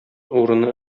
урыны